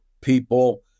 people